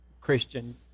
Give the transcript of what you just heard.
Christian